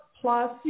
plus